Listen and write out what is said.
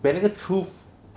when 那个 truth